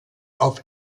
auf